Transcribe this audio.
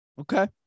Okay